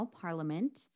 parliament